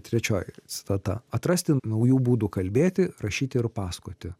trečioji citata atrasti naujų būdų kalbėti rašyti ir pasakoti